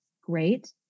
Great